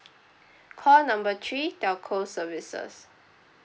call number three telco services